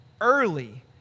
early